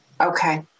okay